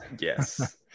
yes